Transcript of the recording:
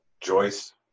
Joyce